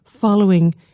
following